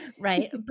right